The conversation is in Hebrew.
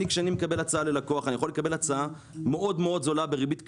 כשאני מקבל הצעה ללקוח אני יכול לקבל הצעה מאוד מאוד זולה בריבית קבועה,